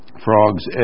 Frogs